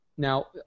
Now